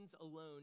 alone